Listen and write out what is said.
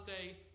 say